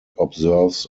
observers